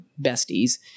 besties